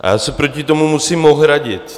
Já se proti tomu musím ohradit.